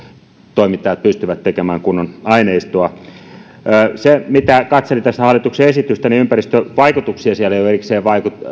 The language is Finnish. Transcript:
toimittajat pystyvät tekemään kunnon aineistoa mitä katselin tässä hallituksen esitystä niin ympäristövaikutuksia siellä ei ole erikseen